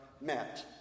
met